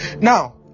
Now